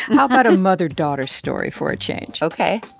how about a mother-daughter story for a change? ok